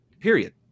Period